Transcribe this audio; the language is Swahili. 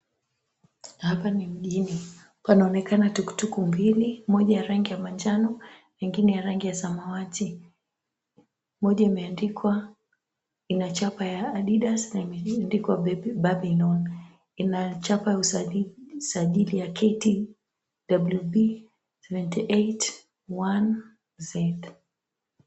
Hapa ni mjini panaoenakana tukutuku mbili, moja ya rangi ya manjano nyingine rangi ya samawati. Moja imeandikwa ina chapa ya Adidas na imeandikwa Babylon na ina chapa ya usajili KTWV781Z.